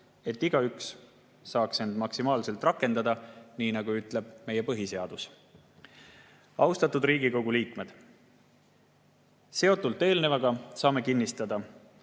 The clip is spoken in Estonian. et igaüks saaks end maksimaalselt rakendada, nii nagu ütleb meie põhiseadus. Austatud Riigikogu liikmed! Seoses eelnevaga saame kinnitada,